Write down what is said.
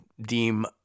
deem